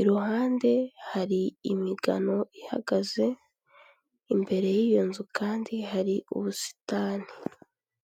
iruhande hari imigano ihagaze, imbere y'iyo nzu kandi hari ubusitani.